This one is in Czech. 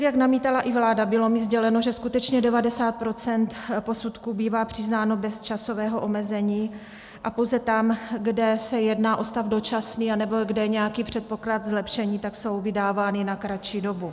Jak namítala i vláda, bylo mi sděleno, že skutečně 90 % posudků bývá přiznáno bez časového omezení, a pouze tam, kde se jedná o stav dočasný nebo kde je nějaký předpoklad zlepšení, tak jsou vydávány na kratší dobu.